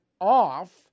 off